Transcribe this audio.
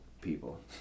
people